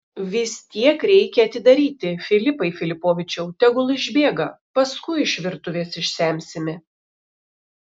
vis tiek reikia atidaryti filipai filipovičiau tegul išbėga paskui iš virtuvės išsemsime